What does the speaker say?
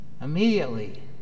immediately